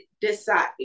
decide